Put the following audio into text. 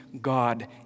God